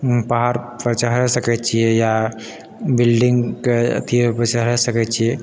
पहाड़ पर चहैर सकै छियै या बिल्डिंगके अथीपर चढ़ऽ सकै छियै